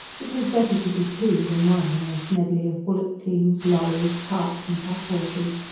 it was better to be two than one in this medley of bullock-teams, lorries, carts and pack-horses,